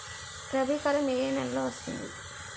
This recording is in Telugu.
రబీ కాలం ఏ ఏ నెలలో వస్తుంది?